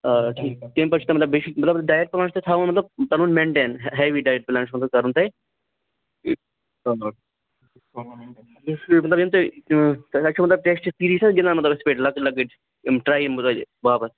آ ٹھیٖک تَمہِ پَتہٕ چھُ مطلب بیٚیہِ چھُ مطلب ڈایِٹ پُلان چھُ تھاوُن مطلب پَنُن مینٹین ہیوِی ڈایِٹ پُلان چھُوٕ تۅہہِ کٔرُن تۅہہِ مطلب ییٚلہِ تُہۍ آ سِلکیٹ چھُوٕ تُہۍ ٹیسٹ سیٖریٖز چھَوٕ گِنٛدان مطلب یِتھٕ پٲٹھۍ لۅکٕٹۍ لۅکٕٹۍ یِم ٹرایِل ہَن باپتھ